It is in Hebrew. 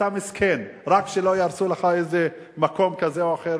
אתה מסכן, רק שלא יהרסו לך מקום כזה או אחר